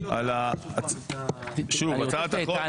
הצעת החוק,